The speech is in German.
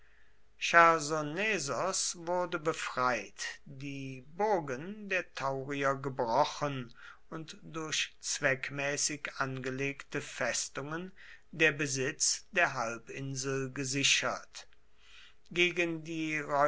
wurde befreit die burgen der taurier gebrochen und durch zweckmäßig angelegte festungen der besitz der halbinsel gesichert gegen die